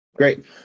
Great